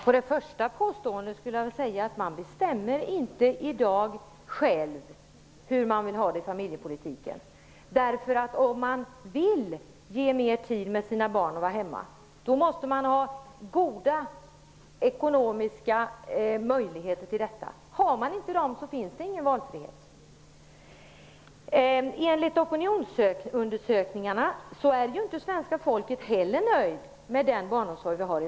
Herr talman! Man bestämmer i dag inte själv hur man vill ha det med familjen. Om man vill ge mer tid till sina barn och vara hemma, måste man har goda ekonomsika möjligheter till detta. Har man inte dessa möjligheter finns det ingen valfrihet. Enligt opinionsundersökningarna är inte heller svenska folket nöjt med dagens barnomsorg.